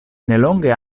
nelonge